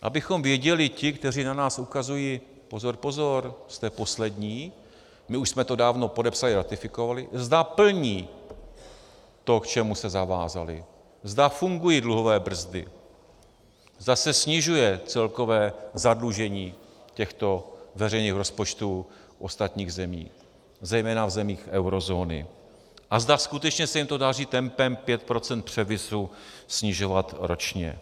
Abychom věděli, zda ti, kteří na nás ukazují pozor, pozor, jste poslední, my už jsme to dávno podepsali a ratifikovali plní to, k čemu se zavázali, zda fungují dluhové brzdy, zda se snižuje celkové zadlužení těchto veřejných rozpočtů ostatních zemí, zejména v zemích eurozóny, a zda skutečně se jim to daří tempem 5 % převisu snižovat ročně.